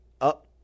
up